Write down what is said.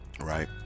right